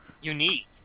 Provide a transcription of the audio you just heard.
Unique